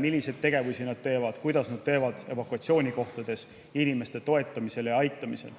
milliseid tegevusi ja kuidas teevad Naiskodukaitse evakuatsioonirühmad evakuatsioonikohtades inimeste toetamisel ja aitamisel.